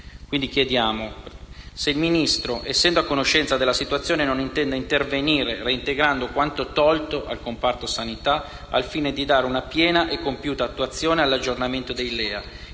le chiediamo se, essendo a conoscenza della situazione, non intenda intervenire reintegrando quanto tolto al comparto sanità, al fine di dare una piena e compiuta attuazione all'aggiornamento dei LEA,